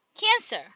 cancer